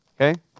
Okay